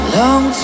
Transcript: long